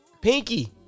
Pinky